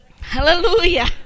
Hallelujah